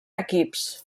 equips